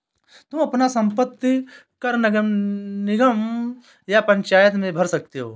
तुम अपना संपत्ति कर नगर निगम या पंचायत में भर सकते हो